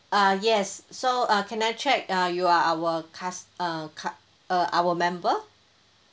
uh yes so uh can I check uh you are our cus~ uh card uh our member